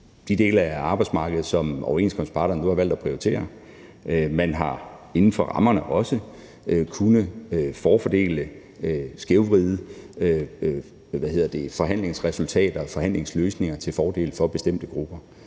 de dele af arbejdsmarkedet, som overenskomstparterne nu har valgt at prioritere. Man har inden for rammerne også kunnet forfordele og skævvride forhandlingsresultater og forhandlingsløsninger til fordel for bestemte grupper.